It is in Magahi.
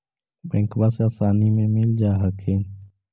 बैंकबा से आसानी मे मिल जा हखिन?